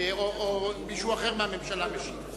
או שמישהו אחר מהממשלה ישיב.